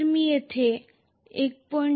तर मी येथे 1